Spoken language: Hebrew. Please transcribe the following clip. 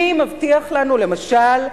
מי מבטיח לנו, למשל,